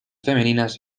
femeninas